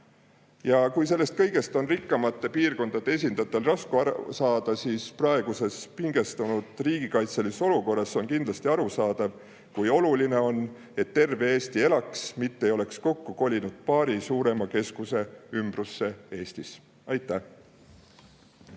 Ja kui sellest kõigest on rikkamate piirkondade esindajatel raske aru saada, siis praeguses pingestunud riigikaitselises olukorras on kindlasti arusaadav, kui oluline on, et terve Eesti elaks, mitte ei oleks kokku kolinud paari suurema keskuse ümbrusse Eestis. Aitäh!